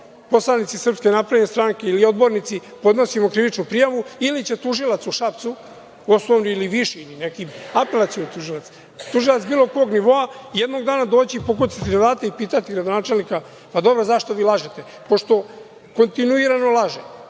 poslanici SNS ili odbornici podnosimo krivičnu prijavu ili će tužilac u Šapcu, Osnovni ili Viši ili neki apelacioni tužilac, tužilac bilo kog nivoa, jednog dana doći, pokucati na vrata i pitati gradonačelnika – pa dobro, zašto vi lažete? Pošto, kontinuirano laže,